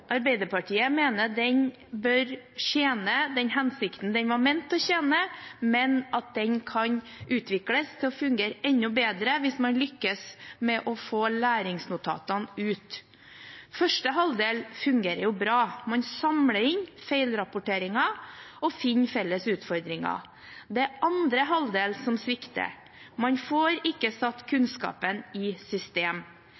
Arbeiderpartiet mener den bør tjene den hensikten den var ment å tjene, men at den kan utvikles til å fungere enda bedre hvis man lykkes med å få læringsnotatene ut. Første halvdel fungerer bra: Man samler inn feilrapporteringer og finner felles utfordringer. Det er andre halvdel som svikter – man får ikke satt